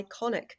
iconic